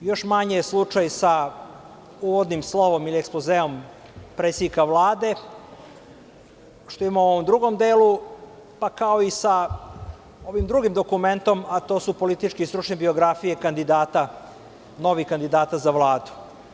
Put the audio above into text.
Još manje je slučaj sa uvodnim slovom ili ekspozeom predsednika Vlade, što ima u ovom drugom delu, pa kao i sa onim drugim dokumentom, a to su političke i stručne biografije novih kandidata za Vladu.